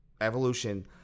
evolution